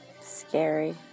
scary